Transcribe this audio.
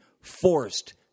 forced